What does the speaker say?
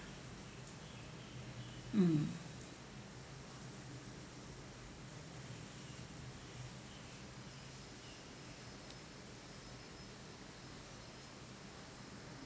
mm